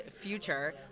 Future